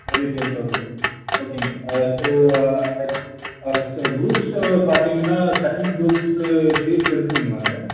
yearly ten thousand ஓகேங்க so ah sir ah ah sir groups வந்து பார்த்தீங்கன்னா science groups seats இருக்குமா அங்கே